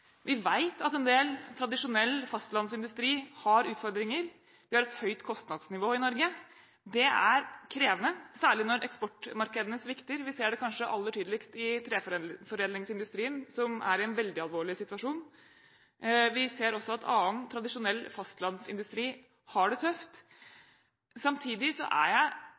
Vi vet at en del tradisjonell fastlandsindustri har utfordringer. Vi har et høyt kostnadsnivå i Norge. Det er krevende, særlig når eksportmarkedene svikter. Vi ser det kanskje aller tydeligst i treforedlingsindustrien, som er i en veldig alvorlig situasjon. Vi ser også at annen tradisjonell fastlandsindustri har det tøft. Samtidig er jeg